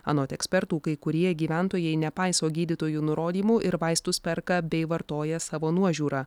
anot ekspertų kai kurie gyventojai nepaiso gydytojų nurodymų ir vaistus perka bei vartoja savo nuožiūra